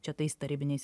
čia tais tarybiniais